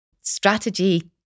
strategy